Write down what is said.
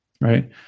right